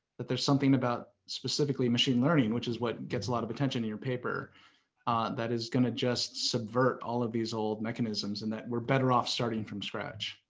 that there's something about, specifically, machine learning which is what gets a lot of attention in your paper that is gonna just subvert all of these old mechanisms and that we're better off starting from scratch.